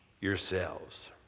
yourselves